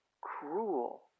cruel